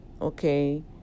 Okay